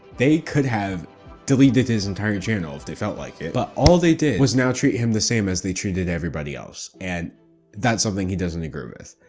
they could have deleted his entire channel if they felt like it, but all they did was now treat him the same as they treated everybody else. and that's something he doesn't agree with.